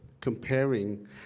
comparing